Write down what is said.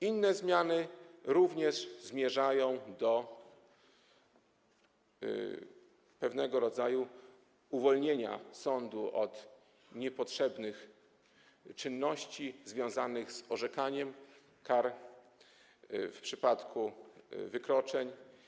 Inne zmiany również zmierzają do uwolnienia sądu od niepotrzebnych czynności związanych z orzekaniem kar w przypadku wykroczeń.